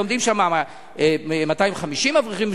לומדים שם 250 אברכים,